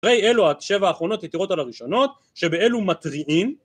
הרי אלו השבע האחרונות יתרות על הראשונות, שבאלו מתריעים